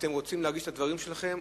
אתם רוצים להגיש את הדברים שלכם,